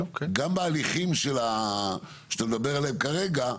וגם בהליכים שאתה מדבר עליהם כרגע,